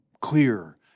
clear